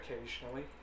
occasionally